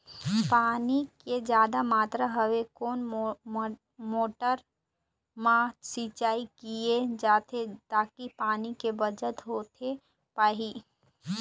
पानी के जादा मात्रा हवे कोन मोटर मा सिचाई किया जाथे ताकि पानी के बचत होथे पाए?